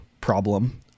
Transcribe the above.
problem